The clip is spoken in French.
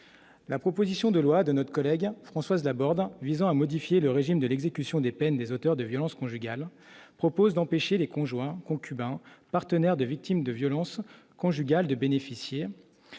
la proposition de loi de notre collègue Françoise Laborde visant à modifier le régime de l'exécution des peines, des auteurs de violences conjugales, propose d'empêcher les conjoints, concubins, partenaires des victimes de violences conjugales, de bénéficier